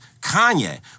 Kanye